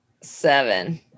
seven